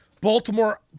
Baltimore